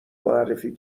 معرفی